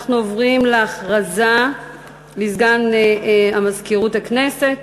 אנחנו עוברים להכרזה של סגן מזכירת הכנסת.